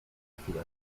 chwilę